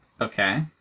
Okay